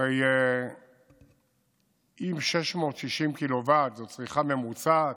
הרי אם 660 קוט"ש זאת צריכה ממוצעת,